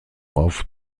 auf